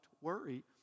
worry